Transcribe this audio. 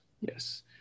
yes